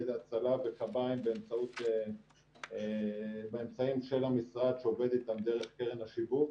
הצלה וקביים באמצעים של המשרד שעובד איתם דרך קרן השיווק,